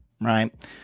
right